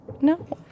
no